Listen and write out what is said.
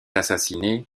assassinée